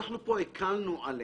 אנחנו פה הקלנו עליהם.